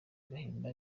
gahima